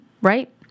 right